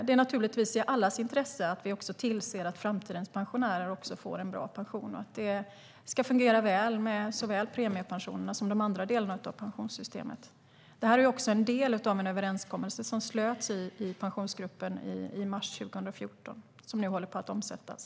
Det är i allas intresse att vi tillser att också framtidens pensionärer får en bra pension och att det ska fungera väl med såväl premiepensionerna som de andra delarna av pensionssystemet. Detta är också en del av den överenskommelse som slöts i Pensionsgruppen i mars 2014 och som nu håller på att omsättas.